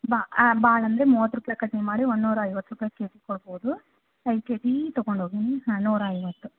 ಬಾ ಭಾಳ ಅಂದರೆ ಮೂವತ್ತು ರೂಪಾಯಿ ಕಡ್ಮೆ ಮಾಡಿ ಒಂದುನೂರ ಐವತ್ತು ರೂಪಾಯಿ ಕೆ ಜಿಗೆ ಕೊಡ್ಬೋದು ಐದು ಕೆ ಜೀ ತಗೊಂಡು ಹೋಗಿ ನೂರ ಐವತ್ತು